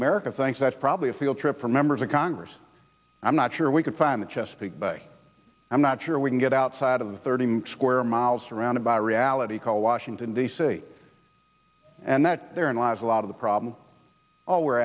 america thinks that's probably a field trip for members of congress i'm not sure we could find the chesapeake bay i'm not sure we can get outside of the thirty square miles around it by reality call washington d c and that there in lies a lot of the problem all we're